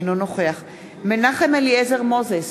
אינו נוכח מנחם אליעזר מוזס,